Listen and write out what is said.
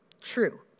True